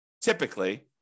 typically